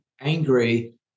angry